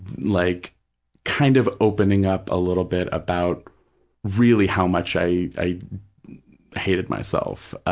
like kind of opening up a little bit about really how much i i hated myself,